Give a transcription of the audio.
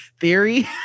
theory